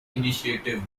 initiative